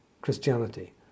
Christianity